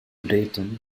dayton